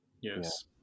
Yes